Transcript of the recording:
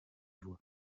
voix